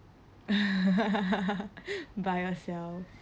buy yourself